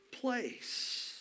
place